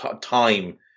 time